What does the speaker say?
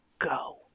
go